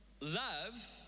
Love